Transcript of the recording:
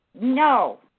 no